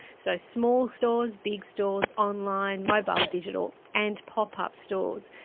so small stores, big stores, online, mobile digital and pop-up stores.